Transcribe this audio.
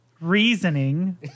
reasoning